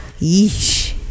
Yeesh